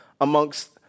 amongst